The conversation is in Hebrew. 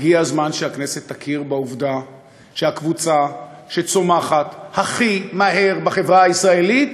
הגיע הזמן שהכנסת תכיר בעובדה שהקבוצה שצומחת הכי מהר בחברה הישראלית